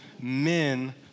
men